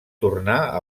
tornar